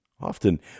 Often